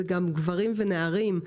זה גם גברים ונערים,